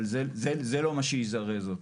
אבל זה לא מה שיזרז אותו.